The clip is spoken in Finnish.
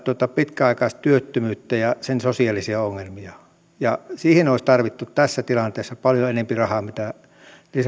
pitkäaikaistyöttömyyttä ja sen sosiaalisia ongelmia siihen olisi tarvittu tässä tilanteessa paljon enempi rahaa kuin